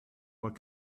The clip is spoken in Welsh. bod